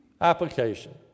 Application